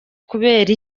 kubera